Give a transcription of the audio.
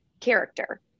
character